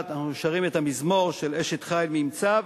אנחנו שרים את המזמור "אשת חיל מי ימצא",